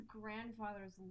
grandfather's